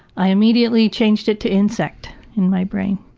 i immediately changed it to insect in my brain.